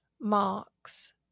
marks